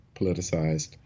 politicized